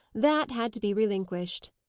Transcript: that had to be relinquished.